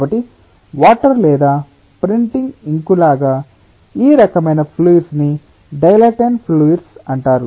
కాబట్టి వాటర్ లేదా printing ink లాగా ఈ రకమైన ఫ్లూయిడ్స్ ని డైలాటెంట్స్ ఫ్లూయిడ్స్ అంటారు